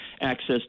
access